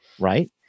right